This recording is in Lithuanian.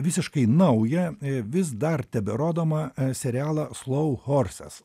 visiškai naują vis dar teberodomą serialą slau horses